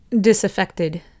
Disaffected